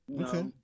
okay